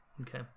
okay